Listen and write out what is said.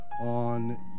on